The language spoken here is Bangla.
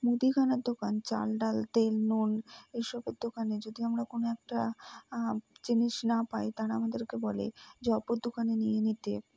মুদিখানার দোকান চাল ডাল তেল নুন এইসব দোকানে যদি আমরা কোন একটা জিনিস না পাই তারা আমাদেরকে বলে যে অপর দোকানে নিয়ে নিতে